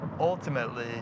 Ultimately